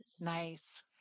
Nice